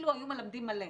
זה 55% אילו היו מלמדים מלא.